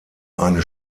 eine